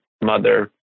mother